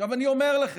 עכשיו אני אומר לכם,